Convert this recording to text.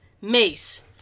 Mace